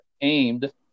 aimed